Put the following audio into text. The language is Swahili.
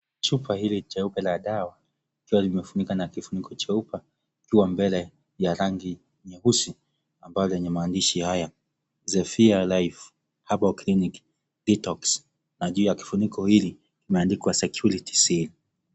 Chupa hili jeupe la dawa likiwa limefunikwa na kifuniko jeupe ikiwa mbele ya rangi nyeusi ambalo lenye maandishi haya (CS)zephania life herbal clinic detox(CS)na juu ya kifuniko hili imeandikwa (CS)security seal(CS).